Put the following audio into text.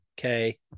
okay